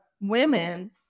women